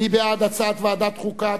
מי בעד הצעת ועדת החוקה?